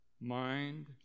mind